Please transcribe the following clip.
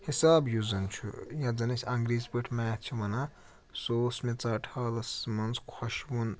حِساب یُس زَن چھُ یتھ زَن أسۍ انٛگریٖزۍ پٲٹھۍ میتھ چھِ وَنان سُہ اوس مےٚ ژاٹہٕ حالَس منٛز خوشوُن